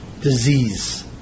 disease